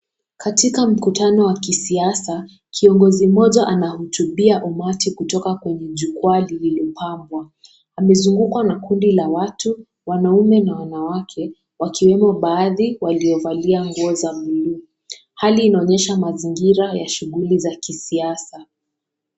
Katika mkutano wa kisiasa, kiongozi mmoja anahotubia umati kutoka kwenye jukwaa lililopambwa. Amezungukwa na kundi la watu wanaume na wanawake wakiwemo baadhi waliovalia nguo za bluu. Hali inaonyesha mazingira ya shughuli za kisiasa.